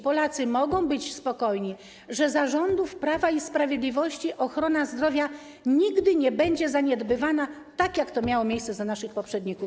Polacy mogą być spokojni, że za rządów Prawa i Sprawiedliwości ochrona zdrowia nigdy nie będzie zaniedbywana tak, jak to miało miejsce za naszych poprzedników.